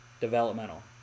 developmental